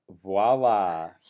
voila